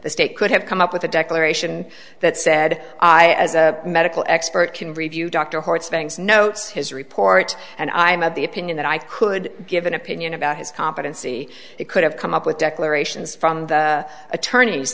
the state could have come up with a declaration that said i as a medical expert can review dr horowitz vang's notes his report and i am of the opinion that i could give an opinion about his competency it could have come up with declarations from the attorneys